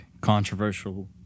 controversial